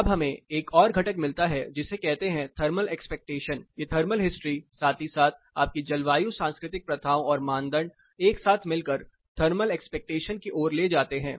अब हमें एक और घटक मिलता है जिसे कहते हैं थर्मल एक्सपेक्टेशन ये थर्मल हिस्ट्री साथ ही साथ आपकी जलवायु सांस्कृतिक प्रथाओं और मानदंड एक साथ मिलकर थर्मल एक्सपेक्टेशन की ओर ले जाते हैं